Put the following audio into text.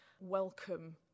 welcome